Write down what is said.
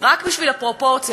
רק בשביל הפרופורציה,